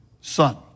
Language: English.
son